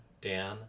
Dan